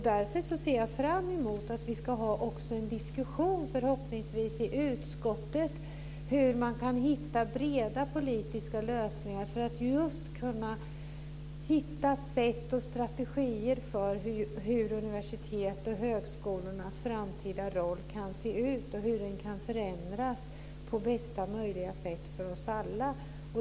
Därför ser jag fram emot att vi förhoppningsvis också ska ha en diskussion i utskottet om hur man kan hitta breda politiska lösningar som leder till olika sätt och strategier för hur universitetens och högskolornas framtida roll kan se ut och hur den kan förändras på bästa möjliga sätt för oss alla.